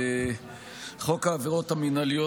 חוק העבירות המינהליות,